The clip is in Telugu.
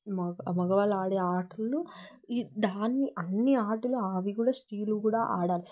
మ మగవాళ్ళు ఆడే ఆటలు దాన్ని అన్ని ఆటలు అవి కూడా స్త్రీలు కూడా ఆడాలి